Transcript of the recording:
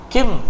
Kim